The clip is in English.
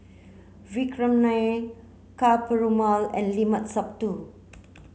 Vikram Nair Ka Perumal and Limat Sabtu